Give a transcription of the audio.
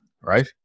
right